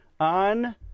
on